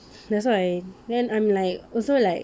that's why then I'm like also like